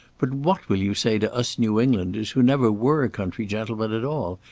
but what will you say to us new englanders who never were country gentlemen at all,